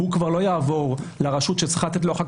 הוא כבר לא יעבור לרשות שצריכה לתת לו אחר